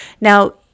Now